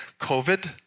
COVID